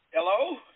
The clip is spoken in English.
Hello